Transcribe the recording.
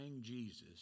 Jesus